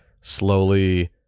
slowly